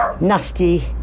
nasty